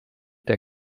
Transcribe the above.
der